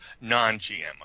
non-GMO